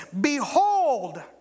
behold